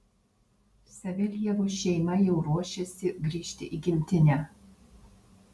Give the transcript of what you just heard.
saveljevų šeima jau ruošiasi grįžti į gimtinę